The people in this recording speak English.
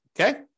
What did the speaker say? Okay